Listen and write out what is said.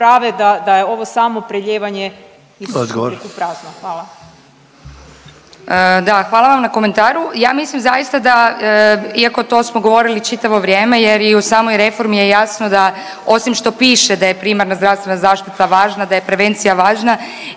hvala vam na komentaru. Ja mislim zaista iako to smo govorili čitavo vrijeme jer i u samoj reformi je jasno da osim što piše da je primarna zdravstvena zaštita važna, da je prevencija važna